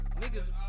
niggas